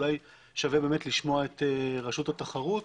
אולי שווה לשמוע את רשות התחרות.